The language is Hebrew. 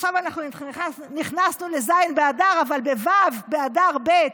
עכשיו נכנסנו לז' באדר, אבל בו' באדר ב'